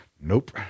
nope